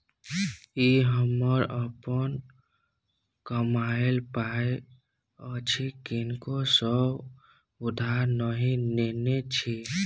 ई हमर अपन कमायल पाय अछि किनको सँ उधार नहि नेने छी